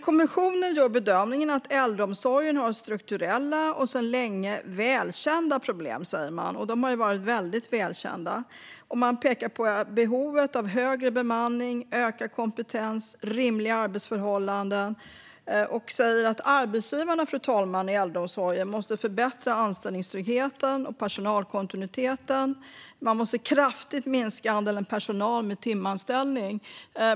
Kommissionen gör bedömningen att äldreomsorgen har strukturella och sedan länge välkända problem. De har ju varit väldigt välkända. Man pekar på behovet av högre bemanning, ökad kompetens och rimliga arbetsförhållanden. Man säger att arbetsgivarna i äldreomsorgen måste förbättra anställningstryggheten och personalkontinuiteten och kraftigt minska andelen personal med timanställning.